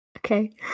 Okay